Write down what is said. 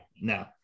No